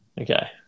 Okay